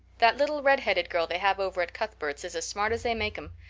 that little redheaded girl they have over at cuthbert's is as smart as they make em.